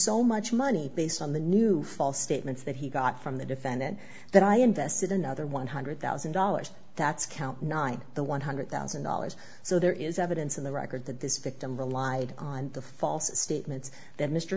so much money based on the new false statements that he got from the defendant that i invested another one hundred thousand dollars that's count nine the one hundred thousand dollars so there is evidence in the record that this victim relied on the false statements that mr